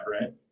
right